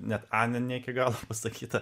net anė ne iki galo pasakyta